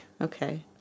Okay